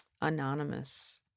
anonymous